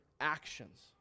actions